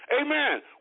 Amen